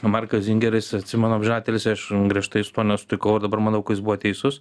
markas zingeris atsimenu amžinatelsį aš griežtai su tuo nesutinkau ir dabar manau kad jis buvo teisus